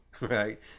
right